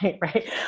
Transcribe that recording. Right